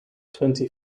twenty